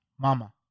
mama